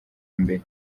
mbere